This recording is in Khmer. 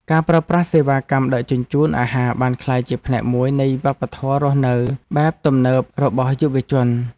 ការប្រើប្រាស់សេវាកម្មដឹកជញ្ជូនអាហារបានក្លាយជាផ្នែកមួយនៃវប្បធម៌រស់នៅបែបទំនើបរបស់យុវជន។